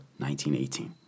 1918